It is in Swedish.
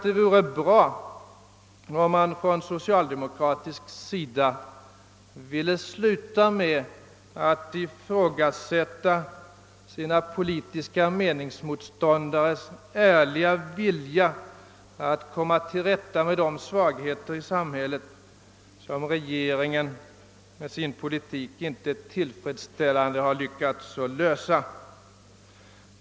Det vore bra om man från socialdemokratiskt håll ville sluta med att ifrågasätta sina politiska motståndares ärliga vilja att komma till rätta med de svagheter i samhället som regeringen med sin politik inte tillfredsställande lyckats lösa.